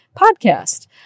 podcast